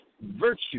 virtue